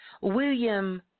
William